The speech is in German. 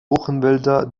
buchenwälder